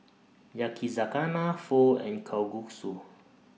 Yakizakana Pho and Kalguksu